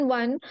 one